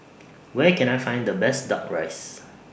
Where Can I Find The Best Duck Rice